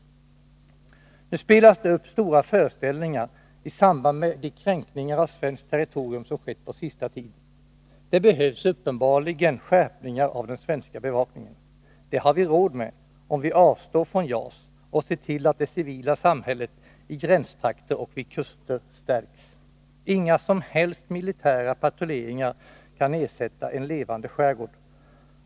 Nu spelas det upp stora föreställningar i samband med de kränkningar av svenskt territorium som skett på den senaste tiden. Det behövs uppenbarligen skärpningar av den svenska bevakningen. Det har vi råd med om vi avstår från JAS och ser till att det civila samhället i gränstrakter och vid kuster stärks. Inga som helst militära patrulleringar kan ersätta en levande skärgård.